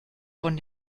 von